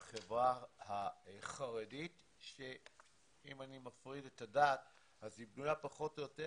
לחברה החרדית שאם אני מפריד את הדת אז היא בנויה פחות או יותר,